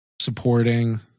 supporting